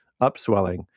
upswelling